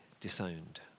disowned